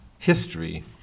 history